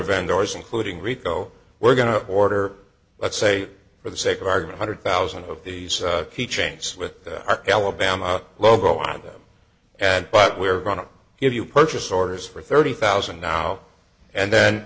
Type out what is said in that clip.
vendors including rico we're going to order let's say for the sake of argument hundred thousand of these key chains with our alabama logo on them and but we're going to give you purchase orders for thirty thousand now and then